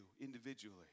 individually